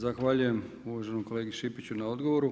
Zahvaljujem uvaženom kolegi Šipiću na odgovoru.